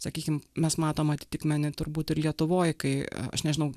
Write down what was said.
sakykim mes matom atitikmenį turbūt ir lietuvoj kai aš nežinau